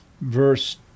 verse